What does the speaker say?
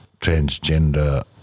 transgender